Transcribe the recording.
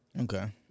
Okay